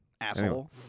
Asshole